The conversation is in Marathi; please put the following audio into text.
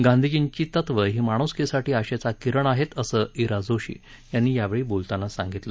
गांधीजींची तत्व ही माणुसकीसाठी आशेचा किरण आहेत असं इरा जोशी यांनी यावेळी बोलताना सांगितलं